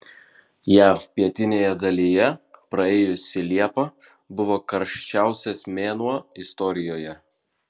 jav pietinėje dalyje praėjusi liepa buvo karščiausias mėnuo istorijoje